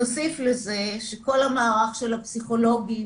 נוסיף לזה שכל המערך של הפסיכולוגים